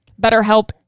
BetterHelp